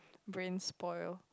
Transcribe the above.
brain spoil